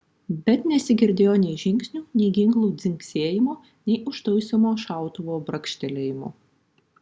bet nesigirdėjo nei žingsnių nei ginklų dzingsėjimo nei užtaisomo šautuvo brakštelėjimo